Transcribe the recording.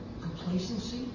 complacency